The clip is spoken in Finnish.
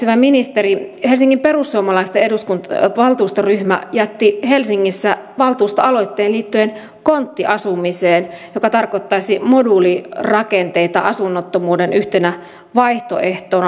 hyvä ministeri helsingin perussuomalaisten valtuustoryhmä jätti helsingissä valtuustoaloitteen liittyen konttiasumiseen joka tarkoittaisi moduulirakenteita asunnottomuuden yhtenä vaihtoehtona